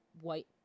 white